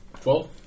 Twelve